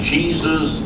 Jesus